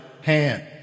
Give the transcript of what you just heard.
hand